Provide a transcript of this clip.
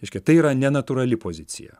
reiškia tai yra nenatūrali pozicija